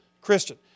Christian